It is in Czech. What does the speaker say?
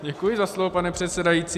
Děkuji za slovo, pane předsedající.